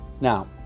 now